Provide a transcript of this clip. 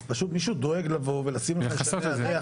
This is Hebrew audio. אז פשוט מישהו דואג לבוא ולשים על חיישני הריח,